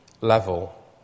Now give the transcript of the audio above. level